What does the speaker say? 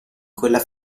quella